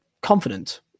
confident